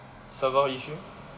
server issue